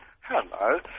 Hello